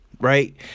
right